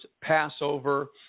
Passover